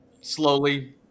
slowly